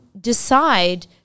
decide